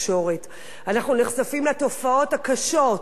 אנחנו נחשפים לתופעות הקשות ולהתנהלות